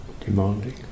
demanding